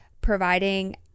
providing